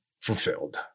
fulfilled